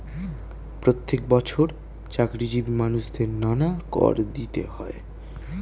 প্রত্যেক বছর চাকরিজীবী মানুষদের নানা কর দিতে হয়